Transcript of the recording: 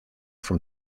from